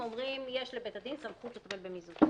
אומרים: יש לבית הדין סמכות לטפל במיזוגים.